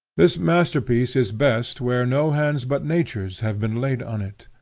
this masterpiece is best where no hands but nature's have been laid on it.